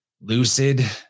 Lucid